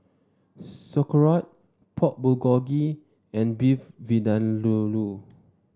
Sauerkraut Pork Bulgogi and Beef Vindaloo